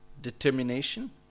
determination